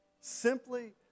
Simply